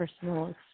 personal